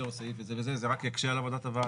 או סעיף זה רק יקשה על עבודת הוועדה.